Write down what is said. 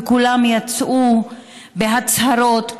וכולם יצאו בהצהרות,